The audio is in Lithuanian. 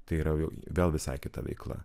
tai yra jau vėl visai kita veikla